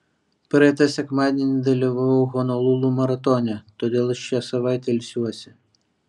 praeitą sekmadienį dalyvavau honolulu maratone todėl šią savaitę ilsiuosi